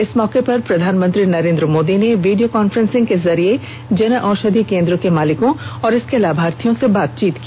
इस मौके पर प्रधानमंत्री नरेन्द्र मोदी ने वीडियो कांफ्रेंसिंग के जरिए जनऔषधि केन्द्र के मालिकों और इसके लाभार्थियों से बातचीत की